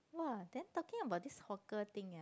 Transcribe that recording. !wah! then talking about this hawker thing ah